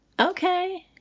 okay